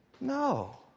No